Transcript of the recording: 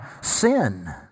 sin